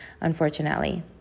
unfortunately